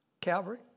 Calvary